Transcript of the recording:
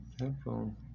headphone